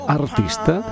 artista